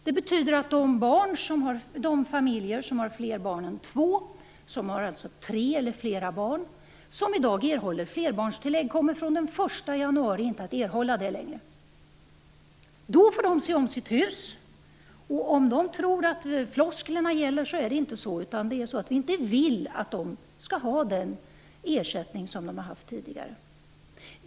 Det betyder att de familjer som har fler barn än två, alltså tre eller flera, som i dag erhåller flerbarnstillägg från den 1 januari inte längre kommer att erhålla det. Då får de se om sitt hus. Om de tror att flosklerna gäller, så är det inte så, utan det är så att vi inte vill att de skall ha den ersättning som de tidigare har haft.